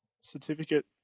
certificate